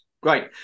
Great